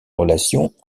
relations